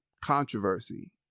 controversy